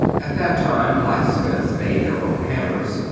at that time blacksmiths made their own hammers,